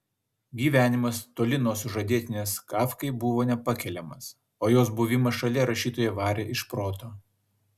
gyvenimas toli nuo sužadėtinės kafkai buvo nepakeliamas o jos buvimas šalia rašytoją varė iš proto